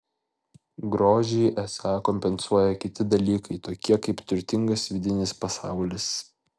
grožį esą kompensuoja kiti dalykai tokie kaip turtingas vidinis pasaulis